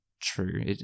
true